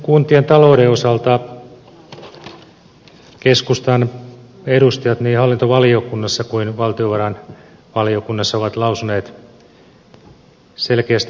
kuntien talouden osalta keskustan edustajat niin hallintovaliokunnassa kuin valtiovarainvaliokunnassa ovat lausuneet selkeästi näkemyksensä